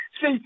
See